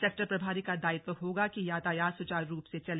sector प्रभारी का दायित्व होगा कि यातायात सुचारु रूप से चले